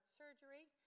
surgery